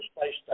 Space